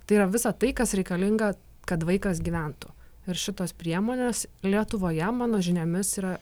tai yra visa tai kas reikalinga kad vaikas gyventų ir šitos priemonės lietuvoje mano žiniomis yra